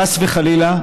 חס וחלילה,